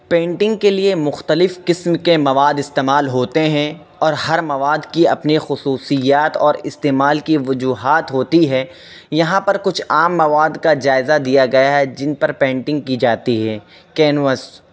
painting کے لیے مختلف قسم کے مواد استعمال ہوتے ہیں اور ہر مواد کی اپنی خصوصیات اور استعمال کی وجوہات ہوتی ہے یہاں پر کچھ عام مواد کا جائزہ دیا گیا ہے جن پر پینٹنگ کی جاتی ہے کینوس